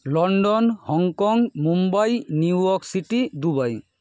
London Hong Kong Mumbai New York City Dubai